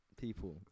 People